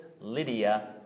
Lydia